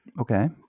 Okay